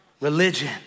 religion